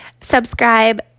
subscribe